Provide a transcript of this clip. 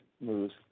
moves